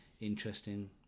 interesting